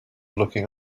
looking